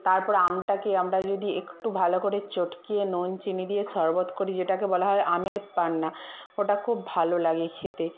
তারপর আমটাকে আমরা যদি একটু ভালো করে চটকিয়ে নুন চিনি দিয়ে শরবত করি যেটাকে বলা হয় আমের পান্না ওটা খুব ভালো লাগে খেতে